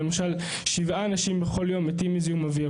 שלמשל שבעה אנשים בכל יום מתים מזיהום אוויר.